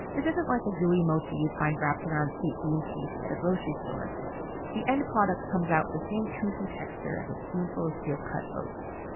this isn't like the gooey mochi you'd find wrapped around sweet bean paste at a grocery store the end product comes out with the same toothy texture as a spoonful of steel cut oats.